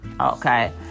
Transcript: Okay